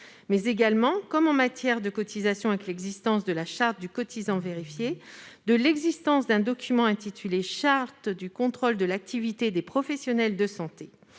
mais également, comme en matière de cotisations dans le cadre de la charte du cotisant contrôlé, de l'existence d'un document intitulé « charte du contrôle de l'activité des professionnels de santé ».